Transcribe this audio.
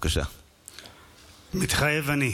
מתחייב אני.